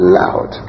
loud